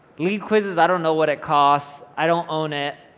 lead quizzes i don't know what it costs, i don't own it,